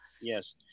Yes